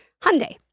Hyundai